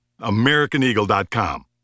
AmericanEagle.com